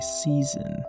season